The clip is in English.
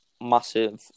massive